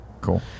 Cool